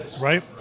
Right